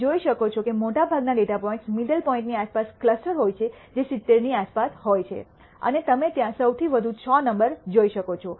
તમે જોઈ શકો છો કે મોટાભાગના ડેટા પોઇન્ટ્સ મિડલ પોઇન્ટ ની આસપાસ ક્લસ્ટર હોય છે જે 70 ની આસપાસ હોય છે અને તમે ત્યાં સૌથી વધુ 6 નંબર જોઈ શકો છો